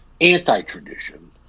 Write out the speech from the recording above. Anti-tradition